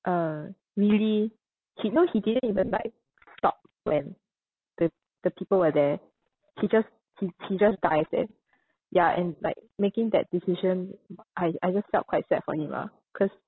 uh really he no he didn't even like stop when the the people were there he just he he just dived eh ya and like making that decision I I just felt quite sad for him ah cause